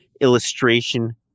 illustration